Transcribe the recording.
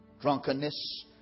drunkenness